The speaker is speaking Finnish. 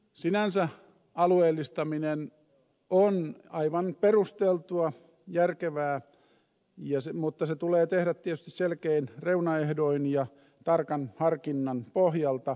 sinänsä alueellistaminen on aivan perusteltua järkevää mutta se tulee tehdä tietysti selkein reunaehdoin ja tarkan harkinnan pohjalta